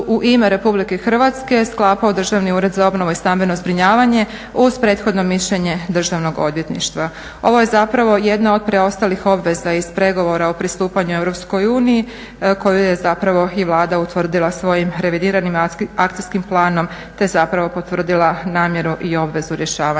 u ime RH je sklapao Državni ured za obnovu i stambeno zbrinjavanje uz prethodno mišljenje Državnog odvjetništva. Ovo je zapravo jedna od preostalih obveza iz pregovora o pristupanju EU koji je zapravo i Vlada utvrdila svojim revidiranim akcijskim planom te zapravo potvrdila namjeru i obvezu rješavanja